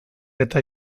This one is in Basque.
eta